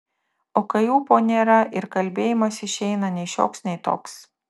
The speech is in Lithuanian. o kai ūpo nėra ir kalbėjimas išeina nei šioks nei toks